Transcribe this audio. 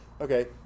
okay